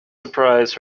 surprise